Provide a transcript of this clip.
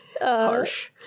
Harsh